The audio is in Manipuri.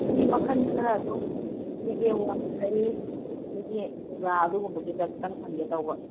ꯑꯗꯨꯗꯤ ꯃꯈꯜ ꯈꯔ ꯑꯗꯨꯝ ꯐꯤꯒꯦ ꯋꯥꯡꯈꯩ ꯑꯗꯨꯗꯒꯤ ꯃꯨꯒꯥ ꯑꯗꯨꯒꯨꯝꯕꯒꯤꯗ ꯈꯤꯇꯪ ꯍꯪꯒꯦ ꯇꯧꯕ